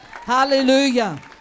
Hallelujah